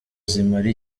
zimara